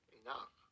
enough